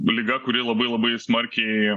liga kuri labai labai smarkiai